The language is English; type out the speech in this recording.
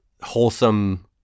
wholesome